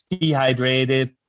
dehydrated